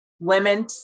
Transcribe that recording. women